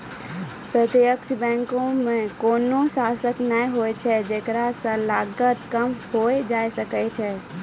प्रत्यक्ष बैंको मे कोनो शाखा नै होय छै जेकरा से लागत कम होय जाय छै